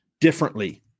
differently